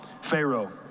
Pharaoh